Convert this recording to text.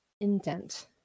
indent